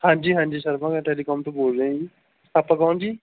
ਹਾਂਜੀ ਹਾਂਜੀ ਸਰ ਮੈਂ ਟੈਲੀਕੋਮ ਤੋਂ ਬੋਲ ਰਿਹਾ ਹਾਂ ਜੀ ਆਪਾਂ ਕੌਣ ਜੀ